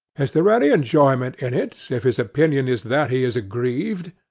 is there any enjoyment in it, if his opinion is that he is aggrieved?